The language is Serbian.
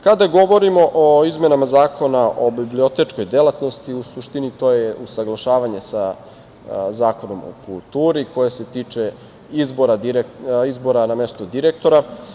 Kada govorimo o izmenama Zakona o bibliotečkoj delatnosti, u suštini, to je usaglašavanje sa Zakonom o kulturi koje se tiče izbora na mesto direktora.